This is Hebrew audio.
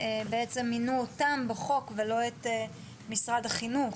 בעצם מינו אותם בחוק, ולא את משרד החינוך.